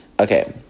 Okay